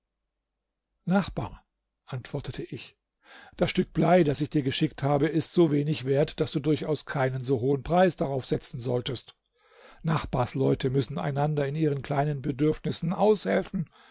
nachbar antwortete ich das stück blei das ich dir geschickt habe ist so wenig wert daß du durchaus keinen so hohen preis darauf setzen solltest nachbarsleute müssen einander in ihren kleinen bedürfnissen aushelfen